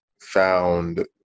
found